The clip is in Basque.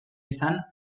izan